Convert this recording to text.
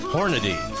Hornady